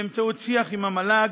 באמצעות שיח עם המל"ג,